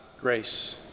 grace